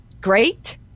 great